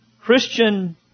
Christian